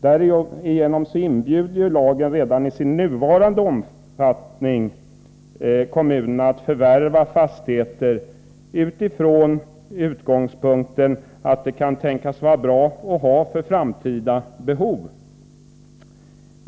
Därigenom inbjuder lagen redan i sin nuvarande utformning kommunerna att förvärva fastigheter från utgångspunkten att de kan tänkas vara bra att ha för framtida behov.